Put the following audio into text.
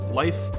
life